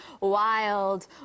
wild